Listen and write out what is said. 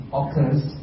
occurs